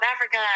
Africa